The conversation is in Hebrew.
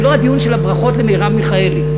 זה לא הדיון של הברכות למרב מיכאלי.